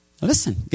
Listen